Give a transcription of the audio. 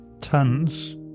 Tons